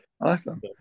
Awesome